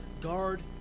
guard